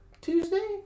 Tuesday